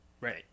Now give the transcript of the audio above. Right